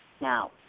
Now